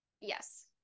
Yes